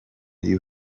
you